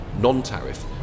non-tariff